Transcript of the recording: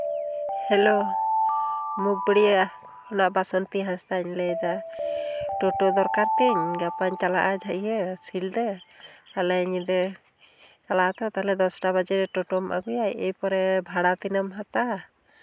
hello ᱢᱩᱠ ᱵᱟᱹᱲᱭᱟᱹ ᱠᱷᱚᱱᱟᱜ ᱵᱟᱥᱚᱱᱛᱤ ᱦᱟᱸᱥᱫᱟᱧ ᱞᱟᱹᱭᱫᱟ ᱴᱳᱴᱳ ᱫᱚᱨᱠᱟᱨ ᱛᱤᱧ ᱜᱟᱯᱟᱧ ᱪᱟᱞᱟᱜᱼᱟ ᱤᱭᱟᱹ ᱥᱤᱞᱫᱟᱹ ᱟᱞᱮ ᱧᱤᱫᱟᱹ ᱪᱟᱞᱟᱣ ᱛᱚ ᱛᱟᱦᱞᱮ ᱫᱚᱥᱴᱟ ᱵᱟᱡᱮ ᱴᱚᱴᱳᱢ ᱟᱹᱜᱩᱭᱟ ᱮᱨᱯᱚᱨᱮ ᱵᱷᱟᱲᱟ ᱛᱤᱱᱟᱹᱜ ᱮᱢ ᱦᱟᱛᱟᱣᱟ